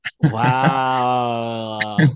Wow